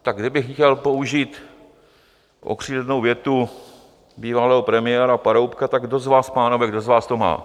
Tak kdybych chtěl použít okřídlenou větu bývalého premiéra Paroubka: tak kdo z vás, pánové, kdo z vás to má?